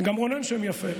גם רונן שם יפה.